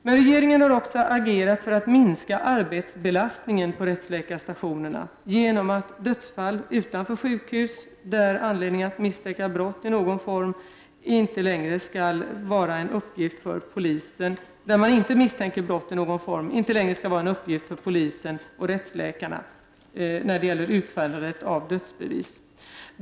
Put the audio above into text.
Men regeringen har också agerat för att minska arbetsbelastningen på rättsläkarstationerna genom att det vid dödsfall utanför sjukhus, där brott inte misstänks, inte längre skall vara en uppgift för polisen och rättsläkaren att utfärda dödsbevis.